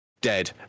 dead